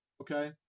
okay